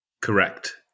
Correct